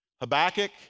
Habakkuk